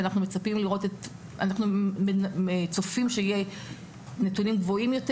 ואנחנו צופים שיהיו נתונים גבוהים יותר.